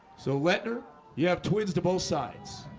so let her you have twins to both sides